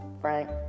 Frank